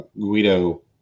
Guido